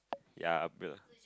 ya a bit lah